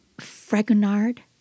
Fragonard